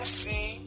see